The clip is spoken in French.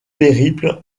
périple